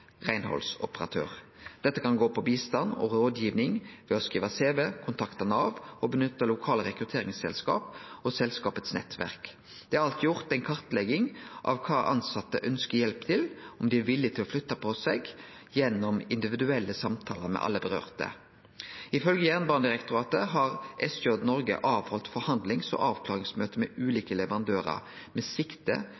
reinhaldsoperatør. Dette kan gå på bistand og rådgiving, det å skrive CV, kontakte Nav og nytte lokale rekrutteringsselskap og selskapets nettverk. Det er alt gjort ei kartlegging av kva dei tilsette ønskjer hjelp til – og om dei er villige til å flytte på seg – gjennom individuelle samtalar med alle dette gjeld. Ifølgje Jernbanedirektoratet har SJ Norge halde forhandlings- og avklaringsmøte med